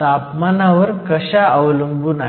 तापमानावर कशा अवलंबून आहेत